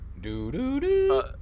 Do-do-do